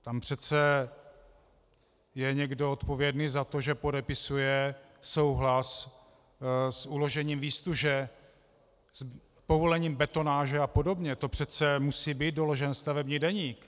Tam přece je někdo odpovědný za to, že podepisuje souhlas s uložením výztuže, s povolením betonáže a podobně, přece musí být doložen stavební deník.